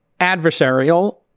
adversarial